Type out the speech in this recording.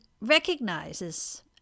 recognizes